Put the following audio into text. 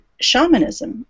shamanism